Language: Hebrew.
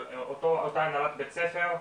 של אותה הנהלת בית ספר,